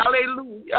Hallelujah